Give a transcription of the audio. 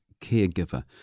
caregiver